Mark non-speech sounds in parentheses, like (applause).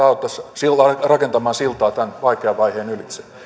(unintelligible) auttaisi rakentamaan siltaa tämän vaikean vaiheen ylitse